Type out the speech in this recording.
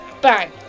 Bang